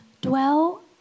dwell